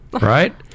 right